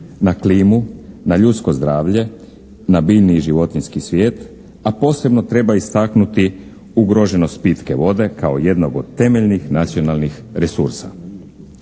na klimu, na ljudsko zdravlje, na biljni i životinjski svijet, a posebno treba istaknuti ugroženost pitke vode kao jednog od temeljnih nacionalnih resursa.